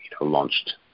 launched